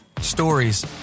Stories